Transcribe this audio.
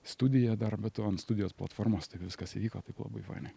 studija dar be to ant studijos platformos taip viskas įvyko taip labai fainai